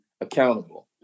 accountable